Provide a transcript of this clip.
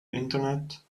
internet